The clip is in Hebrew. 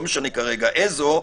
לא משנה כרגע איזו,